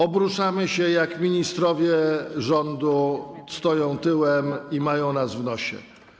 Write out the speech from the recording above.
Obruszamy się, gdy ministrowie rządu stoją tyłem i mają nas w nosie.